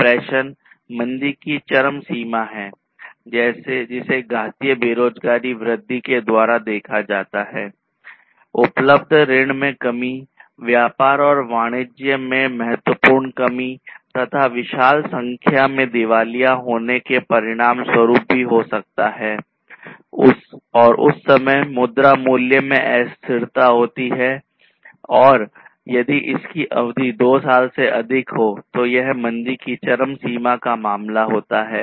depression मंदी की चरम सीमा है जिसे घातीय बेरोजगारी वृद्धि के द्वारा देखा जाता है उपलब्ध ऋण में कमी व्यापार और वाणिज्य में महत्वपूर्ण कमी तथा विशाल संख्या दिवालिया होने की परिणामस्वरूप भी हो सकता है और उस समय मुद्रा मूल्य में अस्थिरता आती है और यदि इसकी अवधि दो साल से अधिक है तो यह मंदी की चरम सीमा का मामला होता है